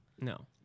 No